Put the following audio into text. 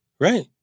Right